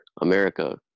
America